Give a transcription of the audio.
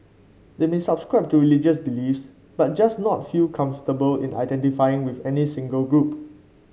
they may subscribe to religious beliefs but just not feel comfortable in identifying with any single group